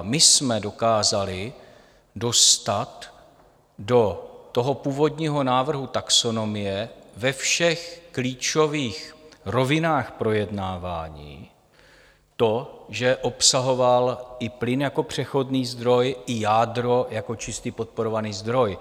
My jsme dokázali dostat do toho původního návrhu taxonomie ve všech klíčových rovinách projednávání to, že obsahoval i plyn jako přechodný zdroj i jádro jako čistý podporovaný zdroj.